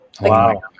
Wow